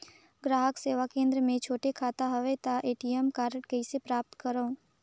ग्राहक सेवा केंद्र मे छोटे खाता हवय त ए.टी.एम कारड कइसे प्राप्त करव?